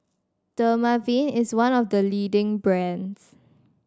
Dermaveen is one of the leading brands